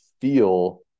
feel